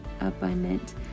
abundant